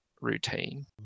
routine